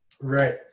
Right